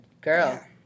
girl